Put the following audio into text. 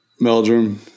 Meldrum